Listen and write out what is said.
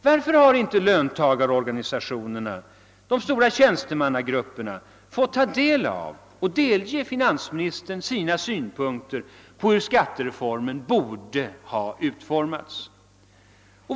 Varför har inte löntagarorganisationerna, de stora tjänstemannagrupperna fått ta del av och delge finansministern sina synpunkter på hur skattereformen borde ha utfor mats?